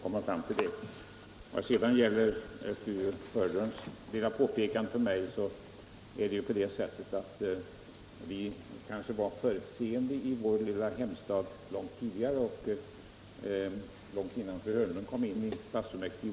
Vad beträffar fru Hörnlunds lilla påpekande till mig förhåller det sig så att vi i vår lilla hemstad var förutseende långt innan fru Hörnlund kom in i Borås stadsfullmäktige.